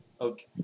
Okay